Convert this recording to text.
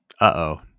Uh-oh